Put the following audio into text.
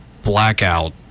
blackout